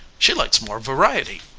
she likes more variety.